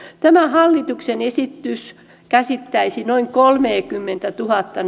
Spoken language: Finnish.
tämä hallituksen esitys käsittäisi noin kolmekymmentätuhatta